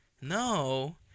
No